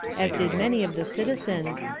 as did many of the citizens,